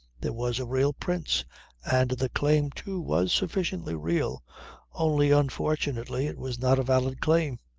there was a real prince and the claim too was sufficiently real only unfortunately it was not a valid claim.